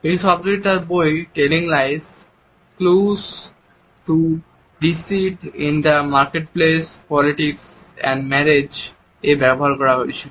এই শব্দটি তার বই telling lies clues to deceit in the marketplace politics and marriage Telling Lies Clues to Deceit in the Marketplace Politics and Marriage এ ব্যবহার করা হয়েছিল